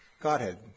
Godhead